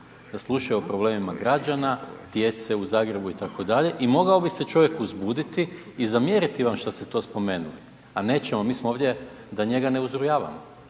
da slušaju o problemima građana, djece u Zagrebu itd. i mogao bi se čovjek uzbuditi i zamjeriti vam što ste to spomenuli. Pa nećemo mi smo ovdje da njega ne uzrujavamo,